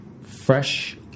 fresh